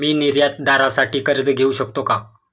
मी निर्यातदारासाठी कर्ज घेऊ शकतो का?